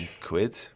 quid